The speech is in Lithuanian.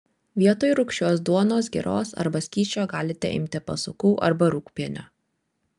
vietoj rūgščios duonos giros arba skysčio galite imti pasukų arba rūgpienio